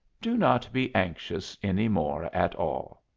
do not be anxious any more at all.